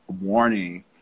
warning